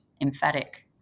emphatic